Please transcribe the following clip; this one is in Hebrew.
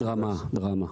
דרמה, דרמה.